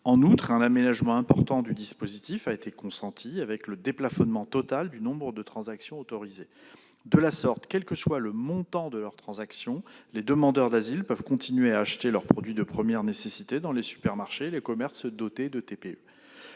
En outre, un aménagement important du dispositif a été consenti avec le déplafonnement total du nombre de transactions autorisées. De la sorte, quel que soit le montant de leur transaction, les demandeurs d'asile peuvent continuer à acheter leurs produits de première nécessité dans les supermarchés et les commerces dotés de TPE.